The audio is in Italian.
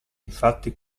infatti